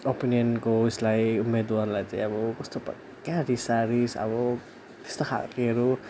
अपोनेन्टको उयसलाई उम्मेदवारलाई त अब कस्तो पर् कहाँ रिसारिस अब त्यस्तो खालेहरू